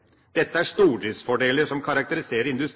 Dette er stordriftsfordeler som karakteriserer industri